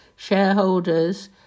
Shareholders